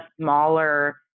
smaller